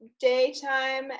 daytime